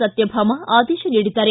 ಸತ್ಯಭಾಮ ಆದೇಶ ನೀಡಿದ್ದಾರೆ